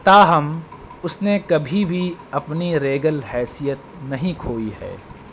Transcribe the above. تاہم اس نے کبھی بھی اپنی ریگل حیثیت نہیں کھوئی ہے